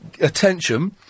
attention